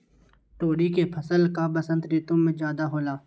तोरी के फसल का बसंत ऋतु में ज्यादा होला?